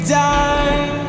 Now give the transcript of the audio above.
die